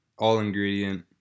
All-ingredient